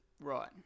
Right